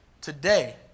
today